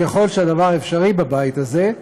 ככל שהדבר אפשרי בבית הזה,